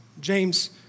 James